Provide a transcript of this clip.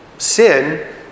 Sin